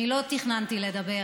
אני לא תכננתי לדבר,